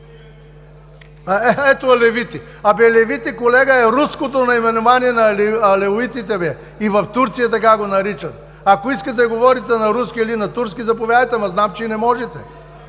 Ето, „алевити“. Абе „алевити“, колега, е руското наименование на алеуитите. И в Турция така го наричат. Ако искате да говорите на руски или на турски, заповядайте, ама знам, че и не можете!